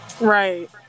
Right